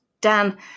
Dan